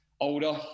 older